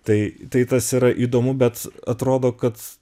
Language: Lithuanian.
tai tai tas yra įdomu bet atrodo kad